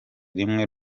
rimwe